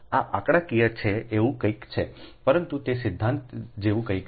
આ આંકડાકીય છે એવું કંઈક છે પરંતુ તે સિદ્ધાંત જેવી કંઈક છે